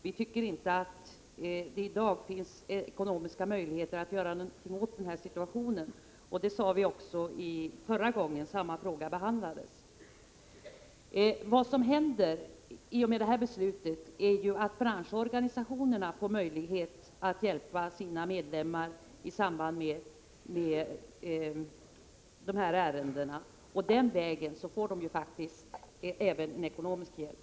Vi tycker inte att det i dag finns ekonomiska möjligheter att göra någonting åt den här situationen — det sade vi också förra gången frågan behandlades. Vad som händer i och med dagens beslut är att branschorganisationerna får möjlighet att hjälpa sina medlemmar i samband med de här ärendena. Den vägen får de faktiskt även en ekonomisk hjälp.